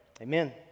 Amen